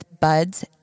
buds